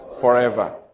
forever